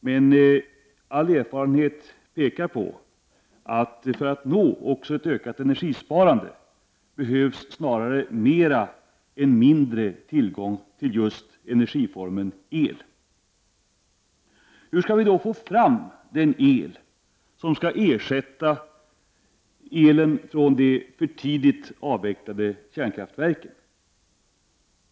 Men all erfarenhet säger att för att nå också ett ökat energisparande behövs det snarare mera än mindre tillgång till just energiformen el. Hur skall vi få fram den el som skall ersätta elen från de för tidigt avvecklade kärnkraftverken?